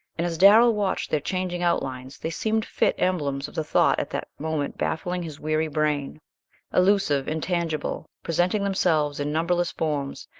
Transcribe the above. and as darrell watched their changing outlines they seemed fit emblems of the thoughts at that moment baffling his weary brain elusive, intangible, presenting themselves in numberless forms,